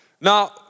Now